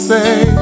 say